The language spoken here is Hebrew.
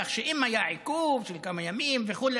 כך שאם היה עיכוב של כמה ימים וכו',